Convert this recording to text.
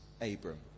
Abram